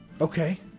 Okay